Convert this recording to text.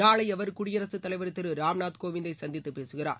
நாளை அவர் குடியரசுத்தலைவர் திரு ராம்நாத் கோவிந்ததை சந்தித்து பேசுகிறார்